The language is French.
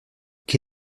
quel